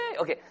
Okay